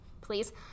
please